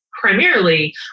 primarily